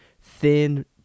thin